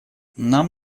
нам